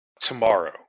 tomorrow